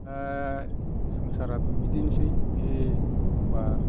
संसाराथ' बिदिनोसै बे एखमब्ला